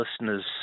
listeners